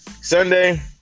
Sunday